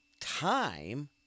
time